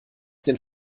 den